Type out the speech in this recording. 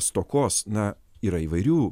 stokos na yra įvairių